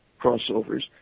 crossovers